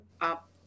up